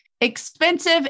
expensive